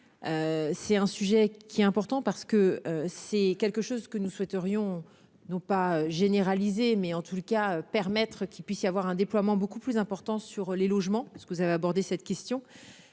C'est un sujet qui est important parce que c'est quelque chose que nous souhaiterions non pas généraliser mais en tout le cas permettre qu'il puisse y avoir un déploiement beaucoup plus important sur les logements, ce que vous avez abordé cette question.